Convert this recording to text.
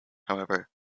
however